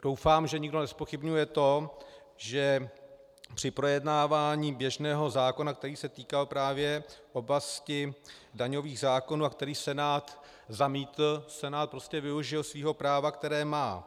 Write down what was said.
Doufám, že nikdo nezpochybňuje to, že při projednávání běžného zákona, který se týkal právě oblasti daňových zákonů a který Senát zamítl, Senát prostě využil svého práva, které má.